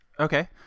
Okay